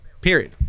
Period